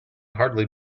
hardly